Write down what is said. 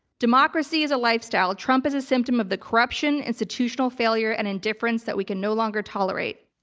democracy is a lifestyle. trump is a symptom of the corruption, institutional failure and indifference that we can no longer tolerate.